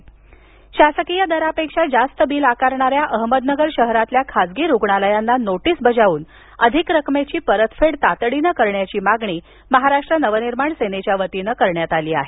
जादा बिल आकारणी शासकीय दरापेक्षा जास्त बिल आकारणार्या अहमदनगर शहरातील खाजगी रुग्णालयांना नोटीस बजावून अधिक रकमेची परतफेड तातडीनं करण्याची मागणी महाराष्ट्र नवनिर्माण सेनेच्या वतीनं करण्यात आली आहे